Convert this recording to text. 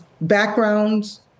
backgrounds